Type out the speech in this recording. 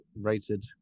rated